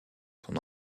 son